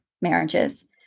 marriages